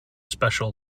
special